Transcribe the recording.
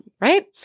right